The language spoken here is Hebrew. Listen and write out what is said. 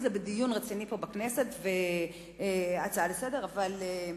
אם בדיון רציני פה בכנסת בהצעה לסדר-היום.